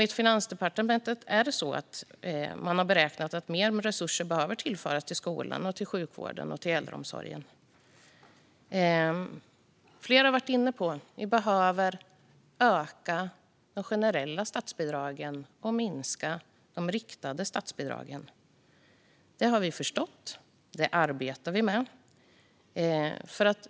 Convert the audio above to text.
Finansdepartementet har beräknat att mer resurser behöver tillföras till skolan, sjukvården och äldreomsorgen. Flera har varit inne på att vi behöver öka de generella statsbidragen och minska de riktade statsbidragen. Detta har vi förstått, och vi arbetar med det.